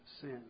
sin